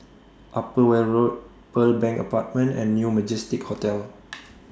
Upper Weld Road Pearl Bank Apartment and New Majestic Hotel